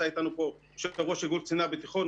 איתנו פה יושב-ראש איגוד קציני הבטיחות,